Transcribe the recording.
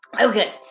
Okay